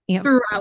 throughout